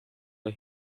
the